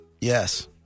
Yes